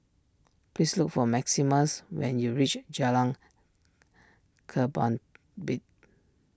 please look for Maximus when you reach Jalan